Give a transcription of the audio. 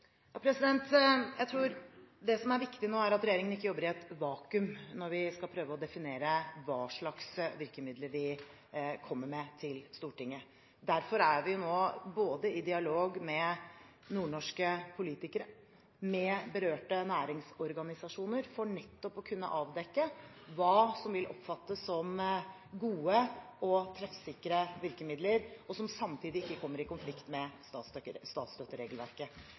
Jeg tror det som er viktig nå, er at regjeringen ikke jobber i et vakuum når vi skal prøve å definere hva slags virkemidler vi skal komme med til Stortinget. Derfor er vi nå i dialog med både nordnorske politikere og berørte næringsorganisasjoner for nettopp å kunne avdekke hva som vil oppfattes som gode og treffsikre virkemidler, som samtidig ikke kommer i konflikt med statsstøtteregelverket.